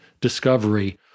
discovery